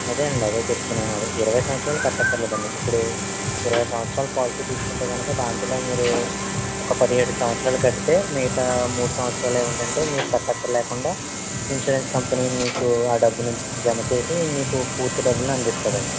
అదేనండి అదే చెప్తున్నాను అదే ఇరవై సంవత్సరాలు కట్టక్కర్లేదండి ఇప్పుడు ఇరవై సంవత్సరాల పాలసీ తీసుకుంటే గనక దాంట్లో మీరు ఒక పదిహేడు సంవత్సరాలు కడితే మిగతా మూడు సంవత్సరాలు ఏంటంటే మీరు కట్టక్కర్లేకుండా ఇన్సూరెన్స్ కంపెనీ మీకు ఆ డబ్బును జమ చేసి మీకు పూర్తి డబ్బులను అందిస్తాదండి